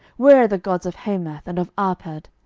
where are the gods of hamath, and of arpad?